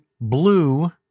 blue